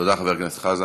תודה רבה, חבר הכנסת חזן.